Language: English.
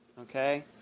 okay